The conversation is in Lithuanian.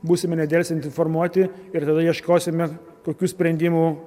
būsime nedelsiant informuoti ir tada ieškosime kokių sprendimų